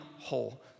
whole